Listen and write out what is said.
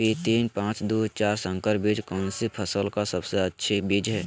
P तीन पांच दू चार संकर बीज कौन सी फसल का सबसे अच्छी बीज है?